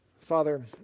Father